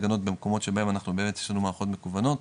התקנות במקומות שבהם באמת יש לנו מערכות מקוונות.